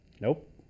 Nope